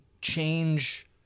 change